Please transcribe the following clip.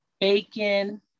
bacon